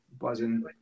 buzzing